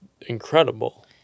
incredible